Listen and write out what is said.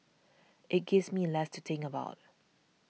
it gives me less to think about